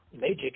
magic